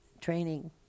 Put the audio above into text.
training